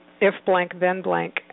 if-blank-then-blank